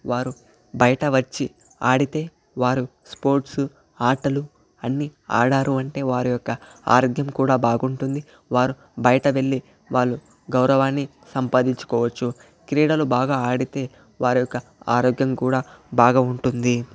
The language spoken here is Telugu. వారు బయట వచ్చి ఆడితే వారు స్పోర్ట్స్ ఆటలు అన్ని ఆడారు అంటే వారి యొక్క ఆరోగ్యం కూడా బాగుంటుంది వారు బయట వెళ్ళి వాళ్ళు గౌరవాన్ని సంపాదించుకోవచ్చు క్రీడలు బాగా ఆడితే వారి యొక్క ఆరోగ్యం కూడా బాగా ఉంటుంది